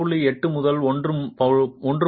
8 முதல் 1